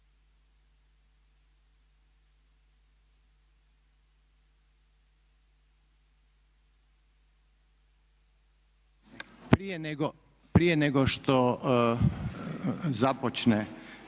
Prije nego što započne